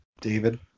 David